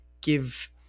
give